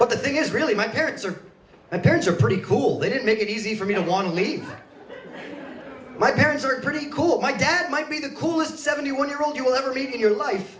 but the thing is really my parents are my parents are pretty cool they didn't make it easy for me to want me my parents are pretty cool my dad might be the coolest seventy one year old you will ever meet in your life